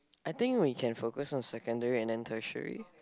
I think we can focus on secondary and then tertiary